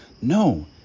No